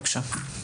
בבקשה.